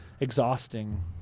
exhausting